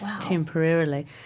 temporarily